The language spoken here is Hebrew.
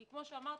כי כפי שאמרתי,